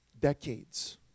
decades